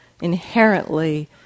inherently